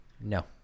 No